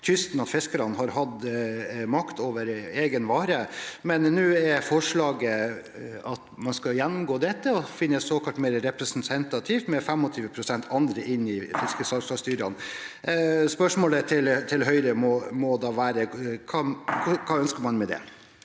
at fiskerne har hatt makt over egen vare. Nå er forslaget at man skal gjennomgå dette og gjøre det såkalt mer representativt, med 25 pst. andre inn i fiskesalgslagstyrene. Spørsmålet til Høyre må da være: Hva ønsker man med det?